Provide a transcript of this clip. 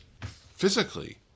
Physically